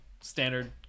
standard